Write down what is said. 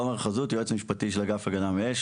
תומר חזות, יועץ משפטי של אגף הגנה מאש.